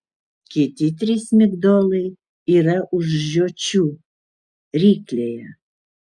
kiti trys migdolai yra už žiočių ryklėje